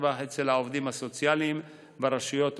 טווח אצל העובדים הסוציאליים ברשויות המקומיות.